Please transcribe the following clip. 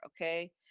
okay